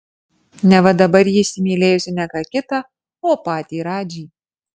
neva dabar ji įsimylėjusi ne ką kitą o patį radžį